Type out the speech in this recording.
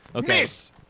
Miss